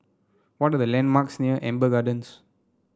what are the landmarks near Amber Gardens